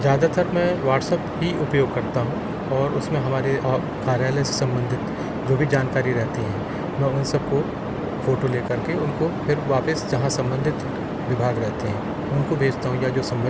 ज़्यादातर मैं व्हाट्सएप ही उपयोग करता हूँ और उसमें हमारे ऑ कार्यालय से सम्बन्धित जो भी जानकारी रहती हैं मैं उन सबको फ़ोटो ले कर के उनको फिर वापस जहाँ सम्बन्धित विभाग रहते हैं उनको भेजता हूँ या जो सम्बन्धित